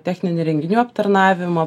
techninių renginių aptarnavimą